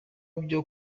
byo